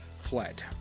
fled